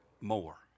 More